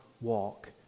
walk